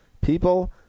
People